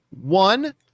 One